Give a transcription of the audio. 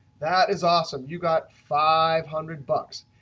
that is awesome. you got five hundred but